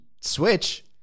switch